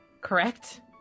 correct